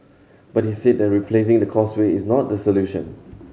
but he said that replacing the Causeway is not the solution